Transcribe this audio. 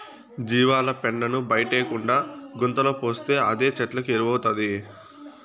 జీవాల పెండను బయటేయకుండా గుంతలో పోస్తే అదే చెట్లకు ఎరువౌతాది